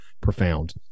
profound